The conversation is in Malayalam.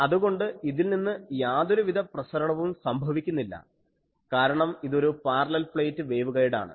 അതുകൊണ്ട് ഇതിൽ നിന്ന് യാതൊരു വിധ പ്രസരണവും സംഭവിക്കുന്നില്ല കാരണം ഇതൊരു പാരലൽ പ്ലേറ്റ് വേവ്ഗൈഡാണ്